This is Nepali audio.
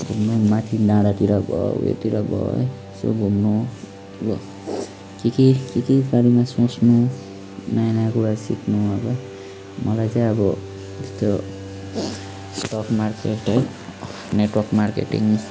घुम्नु माथि डाँडातिर भयो उयोतिर भयो यसो घुम्नु के के के के बारेमा सोच्नु नयाँ नयाँ कुरा सिक्नु अब मलाई चाहिँ अब त्यस्तो स्टक मार्केट है नेट वर्क मार्केटिङ